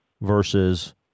versus